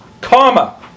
comma